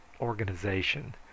organization